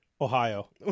Ohio